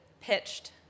pitched